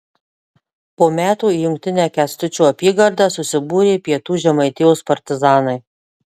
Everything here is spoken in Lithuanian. po metų į jungtinę kęstučio apygardą susibūrė pietų žemaitijos partizanai